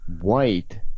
white